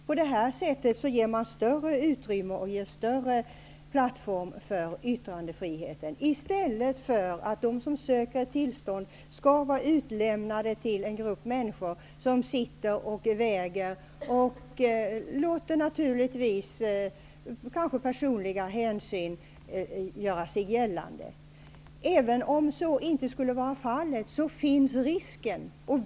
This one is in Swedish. På det sättet ger man större utrymme och bildar en större plattform för yttrandefriheten i stället för att de som söker tillstånd skall vara utlämnade till en grupp människor som gör avvägningar, och som kanske låter personliga hänsyn göra sig gällande. Även om så inte skulle vara fallet, finns den risken.